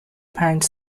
پنج